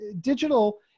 digital